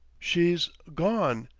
she's gone!